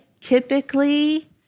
typically